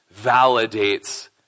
validates